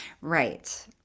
Right